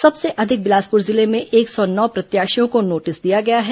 सबसे अधिक बिलासपुर जिले में एक सौ नौ प्रत्याशियों को नोटिस दिया गया है